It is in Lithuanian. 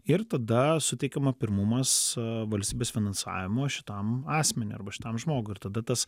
ir tada suteikiama pirmumas valstybės finansavimo šitam asmeniui arba šitam žmogui ir tada tas